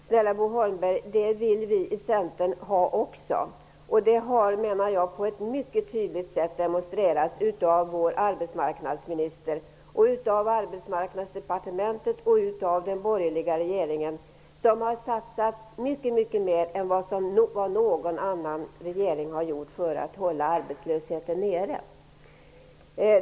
Snälla Bo Holmberg, det vill också vi i Centern ha. Det har på ett mycket tydligt sätt demonstrerats av vår arbetsmarknadsminister, av Arbetsmarknadsdepartementet och av den borgerliga regeringen, som har satsat mycket mer än någon annan regeringen har gjort för att hålla arbetslösheten nere.